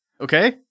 Okay